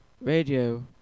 radio